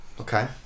Okay